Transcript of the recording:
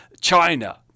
China